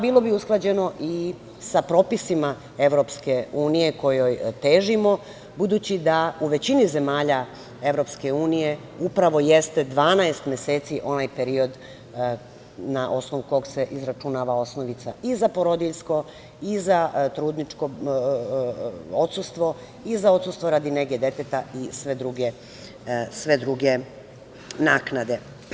Bilo bi usklađeno i sa propisima Evropske unije kojoj težimo, budući da u većini zemalja Evropske unije upravo jeste 12 meseci onaj period na osnovu kog se izračunava osnovica i za porodiljsko i za trudničko odsustvo i za odsustvo radi nege deteta i sve druge naknade.